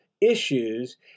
issues